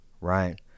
right